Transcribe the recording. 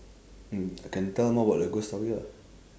mm can tell more about the ghost story ah